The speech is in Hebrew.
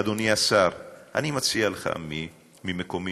אדוני השר, אני מציע לך, אדוני, ממקומי,